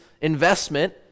investment